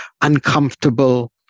uncomfortable